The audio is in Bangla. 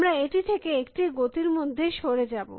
আমরা এটি থেকে একটি গতির মধ্যে সরে যাব